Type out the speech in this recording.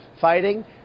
fighting